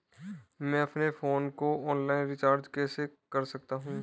मैं अपने फोन को ऑनलाइन रीचार्ज कैसे कर सकता हूं?